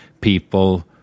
people